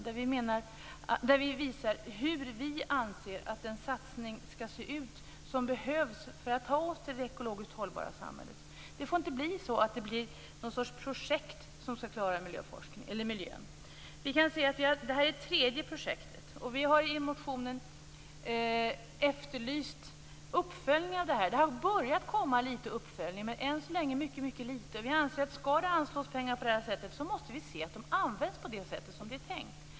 Där visar vi hur vi anser att den satsning skall se ut som behövs för att ta oss till det ekologiskt hållbara samhället. Det får inte bli så att det blir något slags projekt som skall klara miljöforskningen eller miljön. Det här är det tredje projektet. Vi har i motionen efterlyst uppföljning av det här. Det har börjat komma litet uppföljning, men än så länge mycket litet. Vi anser att skall det anslås pengar på det här sättet, måste vi se att de används på det sätt som är tänkt.